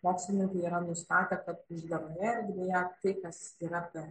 mokslininkai yra nustatę kad uždaroje erdvėje tai kas yra per